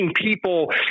people